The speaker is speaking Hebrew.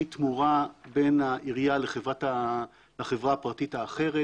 התמורה בין העירייה לחברה הפרטית האחרת.